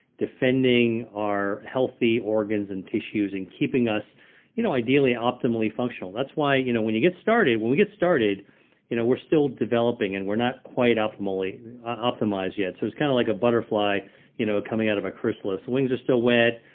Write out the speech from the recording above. defending our healthy organs and tissues, and keeping us you know ideally optimally functional. that's why you know when you get started, when we get started you know we're still developing and we're not quite optimized yet. so it's kind of like a butterfly you know coming out of a chrysalis. wings are still wet.